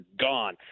gone